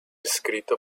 escrita